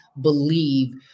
believe